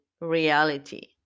reality